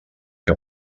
que